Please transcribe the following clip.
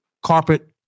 Carpet